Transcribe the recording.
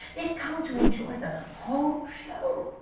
they've come to enjoy the whole show.